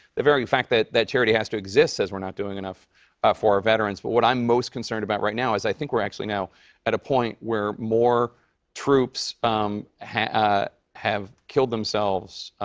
the very fact that that charity has to exist says we're not doing enough for our veterans. but what i'm most concerned about right now is, i think we're actually now at a point where more troops um have ah have killed themselves,